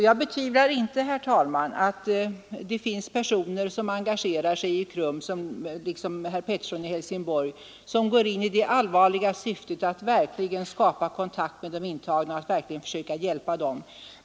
Jag betvivlar inte, herr talman, att det finns personer, som engagerar sig och i likhet med herr Pettersson i Helsingborg går in för det allvarliga syftet att verkligen skapa kontakt med de intagna och försöka hjälpa dem.